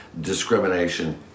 discrimination